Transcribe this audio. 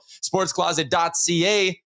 Sportscloset.ca